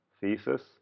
thesis